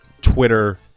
Twitter